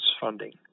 funding